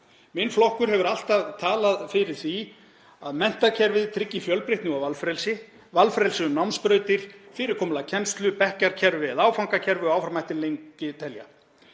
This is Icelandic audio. Minn flokkur hefur alltaf talað fyrir því að menntakerfið tryggi fjölbreytni og valfrelsi, valfrelsi um námsbrautir, fyrirkomulag kennslu, bekkjakerfi eða áfangakerfi og áfram mætti lengi telja.